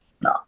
no